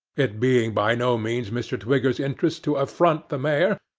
it being by no means mr. twigger's interest to affront the mayor,